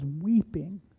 weeping